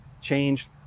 changed